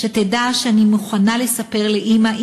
שתדע שאני מוכנה לספר לאימא.